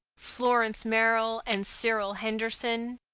florence merrill and cyril henderson.